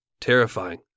Terrifying